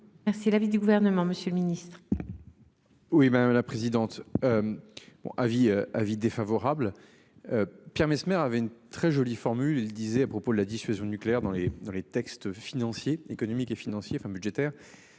Merci l'avis du gouvernement, Monsieur le Ministre. Oui madame la présidente. Bon avis, avis défavorable. Pierre Messmer avait une très jolie formule il disait à propos de la dissuasion nucléaire dans les dans les textes financiers, économiques et financiers enfin budgétaire